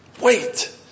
Wait